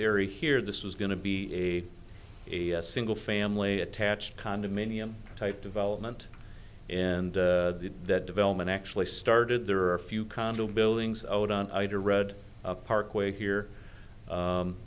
area here this was going to be a a single family attached condominium type development and that development actually started there are a few condo buildings out on either red parkway here